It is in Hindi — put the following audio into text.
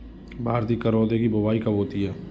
भारतीय करौदे की बुवाई कब होती है?